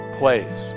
place